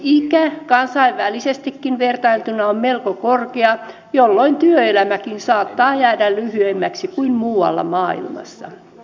valmistumisikä kansainvälisestikin vertailtuna on melko korkea jolloin työelämäkin saattaa jäädä lyhyemmäksi kuin muualla maailmassa